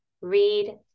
read